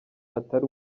atari